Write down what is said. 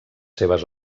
seves